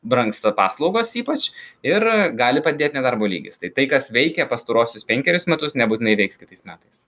brangsta paslaugos ypač ir gali padidėt nedarbo lygis tai tai kas veikė pastaruosius penkerius metus nebūtinai veiks kitais metais